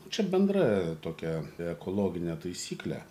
čia bendra tokia ekologinė taisyklė